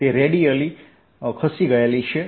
તે રેડિએલી ખસેલી છે